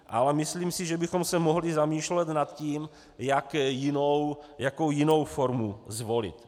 Ale myslím si, že bychom se mohli zamýšlet nad tím, jakou jinou formu zvolit.